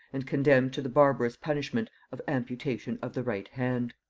and condemned to the barbarous punishment of amputation of the right hand.